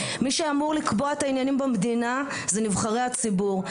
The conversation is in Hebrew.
מי שאמור לקבוע את העניינים במדינה זה נבחרי הציבור.